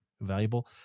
valuable